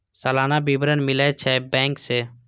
सलाना विवरण मिलै छै बैंक से?